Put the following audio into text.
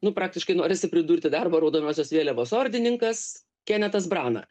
nu praktiškai norisi pridurti darbo raudonosios vėliavos ordininkas kenetas brauna